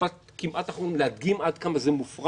משפט כמעט אחרון, להדגים עד כמה זה מופרך,